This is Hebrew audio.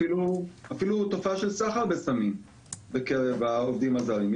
אפילו תופעה של סחר בסמים בקרב העובדים הזרים.